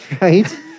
Right